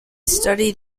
studied